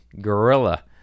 gorilla